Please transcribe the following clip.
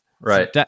Right